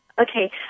Okay